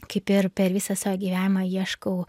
kaip ir per visą savo gyvenimą ieškau